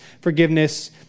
forgiveness